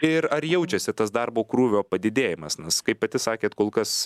ir ar jaučiasi tas darbo krūvio padidėjimas nes kaip pati sakėt kol kas